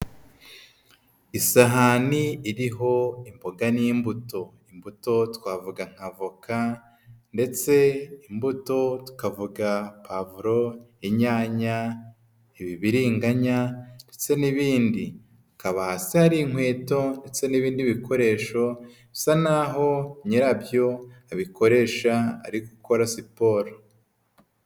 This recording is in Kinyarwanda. Isahani iriho imboga n'imbuto. Imbuto twavuga nka voka ndetse imbuto tukavuga pavuro, inyanya, ibibiringanya ndetse n'ibindi. Hakaba hasi hari inkweto ndetse n'ibindi bikoresho bisa naho nyirabyo abikoresha ari gukora siporo.